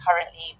currently